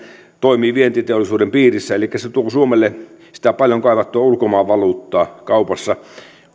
toimii vientiteollisuuden piirissä elikkä tämä tuo suomelle sitä paljon kaivattua ulkomaanvaluuttaa